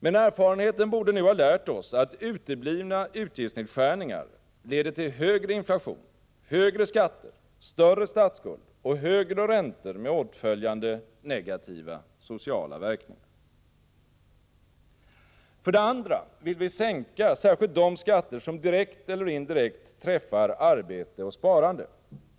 Men erfarenheten borde nu ha lärt oss att uteblivna utgiftsnedskärningar leder till högre inflation, högre skatter, större statsskuld och högre räntor med åtföljande negativa sociala verkningar. För det andra vill vi sänka särskilt de skatter som direkt eller indirekt träffar arbete och sparande.